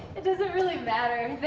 it doesn't really matter,